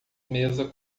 mesa